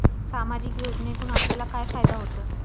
सामाजिक योजनेतून आपल्याला काय फायदा होतो?